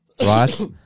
right